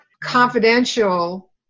confidential